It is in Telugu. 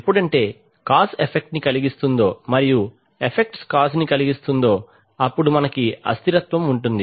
ఎప్పుడంటే కాస్ ఎఫెక్ట్ ని కలిగిస్తుందో మరియు ఎఫ్ఫెక్ట్స్ కాస్ ని కలిగిస్తుందో అప్పుడు మనకి అస్థిరత్వం ఉంటుంది